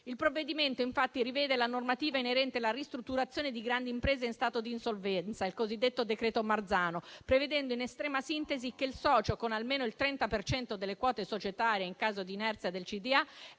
Il provvedimento, infatti, rivede la normativa inerente la ristrutturazione di grandi imprese in stato di insolvenza, il cosiddetto decreto Marzano, prevedendo, in estrema sintesi, che il socio con almeno il 30 per cento delle quote societarie, in caso di inerzia del